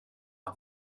och